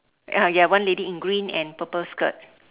ah ya one lady in green and purple skirt